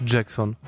Jackson